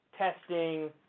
testing